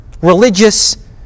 religious